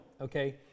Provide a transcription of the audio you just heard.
okay